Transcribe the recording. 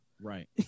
Right